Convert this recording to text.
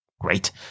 great